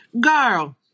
Girl